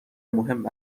مهم